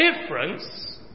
difference